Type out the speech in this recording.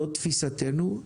זאת תפיסתנו.